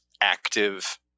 active